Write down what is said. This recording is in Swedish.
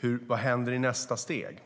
vad som händer i nästa steg.